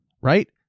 right